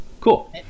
Cool